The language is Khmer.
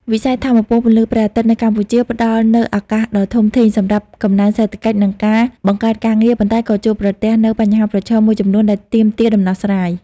វិស័យថាមពលពន្លឺព្រះអាទិត្យនៅកម្ពុជាផ្តល់នូវ ឱកាសដ៏ធំធេង សម្រាប់កំណើនសេដ្ឋកិច្ច និងការបង្កើតការងារ ប៉ុន្តែក៏ជួបប្រទះនូវ បញ្ហាប្រឈម មួយចំនួនដែលទាមទារដំណោះស្រាយ។